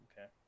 okay